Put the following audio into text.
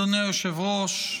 אדוני היושב-ראש,